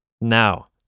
Now